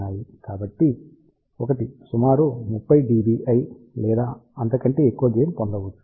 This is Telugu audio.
కాబట్టి 1 సుమారు 30 dBi లేదా అంతకంటే ఎక్కువ గెయిన్ పొందవచ్చు